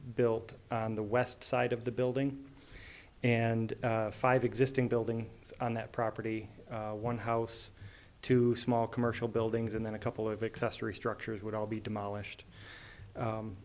built on the west side of the building and five existing building is on that property one house two small commercial buildings and then a couple of excess restructures would all be demolished